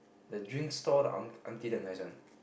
the drink stall the unc~ auntie damn nice one